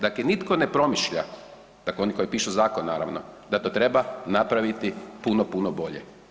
Dakle, nitko ne promišlja, dakle oni koji pišu zakon naravno, da to treba napraviti puno, puno bolje.